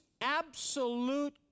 absolute